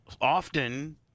often